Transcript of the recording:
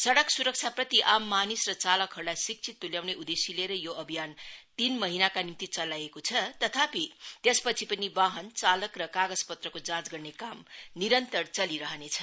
सड़क सुरक्षाप्रति आम मानिस र चालकहरूलाई शिक्षित तुल्याउने उददेश्य लिएर यो अभियान तीन महिनाका निम्ति चलाइएको छ तथापि त्यसपछि पनि वाहन चालक र कागजपत्रको जाँच गर्ने काम निरन्तर चलिरहनेछ